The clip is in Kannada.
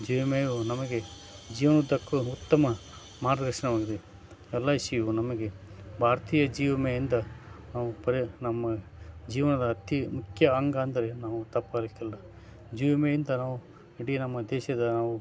ಜೀವ ವಿಮೆಯು ನಮಗೆ ಜೀವ್ನ ಉದ್ದಕ್ಕೂ ಉತ್ತಮ ಮಾರ್ಗದರ್ಶನವಾಗಿದೆ ಎಲ್ ಐ ಸಿಯು ನಮಗೆ ಭಾರತೀಯ ಜೀವ ವಿಮೆಯಿಂದ ನಾವು ಪರಿಯ ನಮ್ಮ ಜೀವನದ ಅತಿ ಮುಖ್ಯ ಅಂಗ ಅಂದರೆ ನಾವು ತಪ್ಪಾಗಲಿಕ್ಕಿಲ್ಲ ಜೀವ ವಿಮೆಯಿಂದ ನಾವು ಇಡೀ ನಮ್ಮ ದೇಶದ ನಾವು